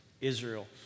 Israel